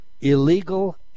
illegal